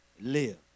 live